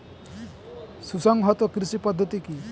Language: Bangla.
সুসংহত কৃষি পদ্ধতি কি?